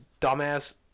dumbass